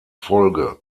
folge